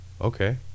okay